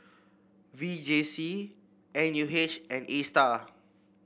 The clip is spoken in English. V J C N U H and Astar